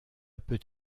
peut